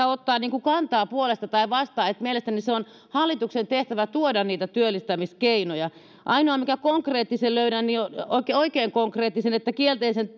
ottaa kantaa puolesta tai vastaan mielestäni se on hallituksen tehtävä tuoda niitä työllistämiskeinoja ainoa konkreettinen minkä löydän oikein konkreettinen on se että kielteisen